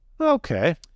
okay